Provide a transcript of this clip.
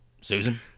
Susan